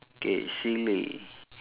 okay silly